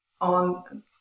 on